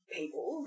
people